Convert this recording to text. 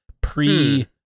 pre